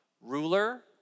ruler